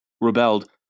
rebelled